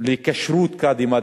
לכשרות קאדי מד'הב.